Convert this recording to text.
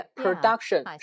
，production